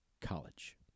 college